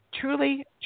truly